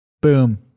Boom